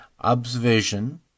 Observation